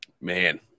Man